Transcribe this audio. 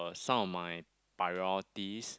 some of my priorities